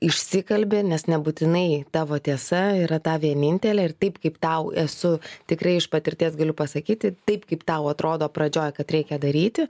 išsikalbi nes nebūtinai tavo tiesa yra ta vienintelė ir taip kaip tau esu tikrai iš patirties galiu pasakyti taip kaip tau atrodo pradžioj kad reikia daryti